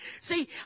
See